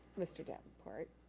mr. davenport.